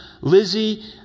Lizzie